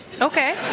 Okay